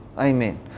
Amen